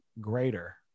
greater